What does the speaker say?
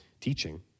teaching